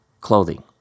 clothing